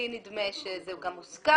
לי נדמה שזה גם הוסכם.